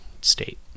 state